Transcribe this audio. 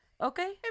Okay